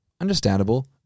Understandable